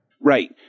Right